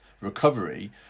recovery